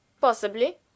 Possibly